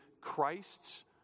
Christ's